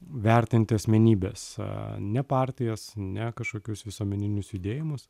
vertinti asmenybes a ne partijas ne kažkokius visuomeninius judėjimus